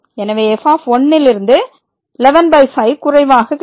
எனவே f லிருந்து 115 குறைவாக கிடைக்கும்